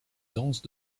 dense